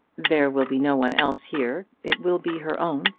there will be no one else here. it will be her own,